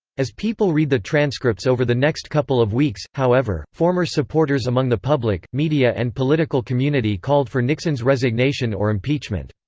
as people read the transcripts over the next couple of weeks, however, former supporters among the public, media and political community called for nixon's resignation or impeachment.